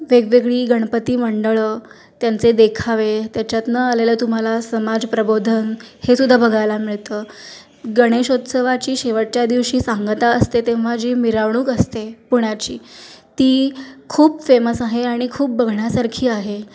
वेगवेगळी गणपती मंडळं त्यांचे देखावे त्याच्यातून आलेलं तुम्हाला समाज प्रबोधन हे सुद्धा बघायला मिळतं गणेशोत्सवाची शेवटच्या दिवशी सांगता असते तेव्हा जी मिरवणूक असते पुण्याची ती खूप फेमस आहे आणि खूप बघण्यासारखी आहे